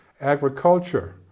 agriculture